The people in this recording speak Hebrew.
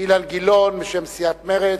אילן גילאון לעלות לבמה בשם סיעת מרצ.